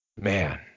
man